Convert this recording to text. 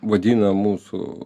vadina mūsų